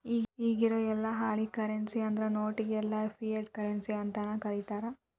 ಇಗಿರೊ ಯೆಲ್ಲಾ ಹಾಳಿ ಕರೆನ್ಸಿ ಅಂದ್ರ ನೋಟ್ ಗೆಲ್ಲಾ ಫಿಯಟ್ ಕರೆನ್ಸಿ ಅಂತನ ಕರೇತಾರ